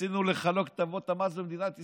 רצינו לחלק הטבות מס במדינת ישראל,